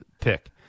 pick